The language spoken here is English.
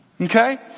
Okay